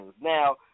Now